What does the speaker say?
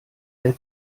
der